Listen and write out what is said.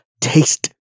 taste